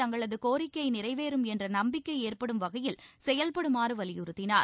தங்களது கோரிக்கை நிறைவேறும் என்ற நம்பிக்கை ஏற்படும் வகையில் செயல்படுமாறு வலியுறுத்தினார்